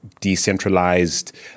decentralized